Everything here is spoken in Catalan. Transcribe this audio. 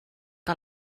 que